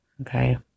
okay